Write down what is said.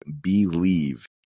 Believe